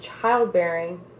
childbearing